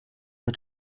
mit